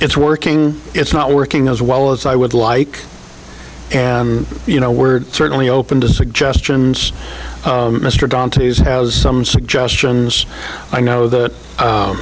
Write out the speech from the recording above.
it's working it's not working as well as i would like and you know we're certainly open to suggestions dantes has some suggestions i know that